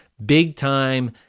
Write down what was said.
big-time